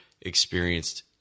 experienced